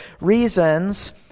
reasons